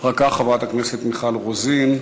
אחר כך, חברת הכנסת מיכל רוזין.